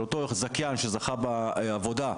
של אותו זכיין שזכה בעבודה,